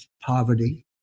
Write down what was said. poverty